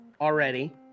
already